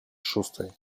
szóstej